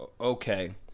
okay